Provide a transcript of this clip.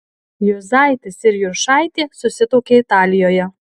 juzaitis ir juršaitė susituokė italijoje